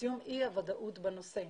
וסיום אי הוודאות בנושא.